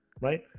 right